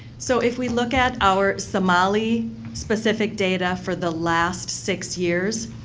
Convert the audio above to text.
so, if we look at our somali specific data for the last six years,